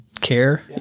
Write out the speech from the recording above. care